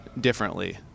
differently